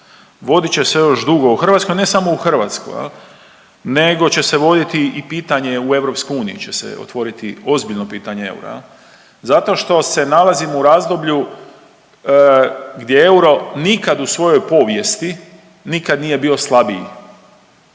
vodit će se još dugo u Hrvatskoj, ne samo u Hrvatskoj jel nego će se voditi i pitanje, u EU će se otvoriti ozbiljno pitanje eura jel zato što se nalazimo u razdoblju gdje euro nikad u svojoj povijesti nikad nije bio slabiji,